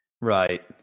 right